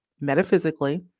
metaphysically